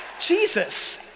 Jesus